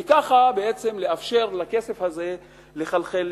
וכך בעצם לאפשר לכסף הזה לחלחל למטה.